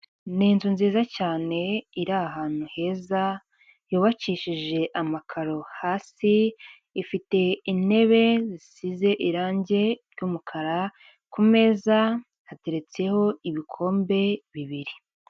Ni inzu nziza cyane iri ahantu heza, yubacishije amakaro hasi, ifite intebe zisize irangi ry'umukara, ku meza hateretseho ibikombe bibiri.